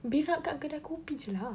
berak kat kedai kopi jer lah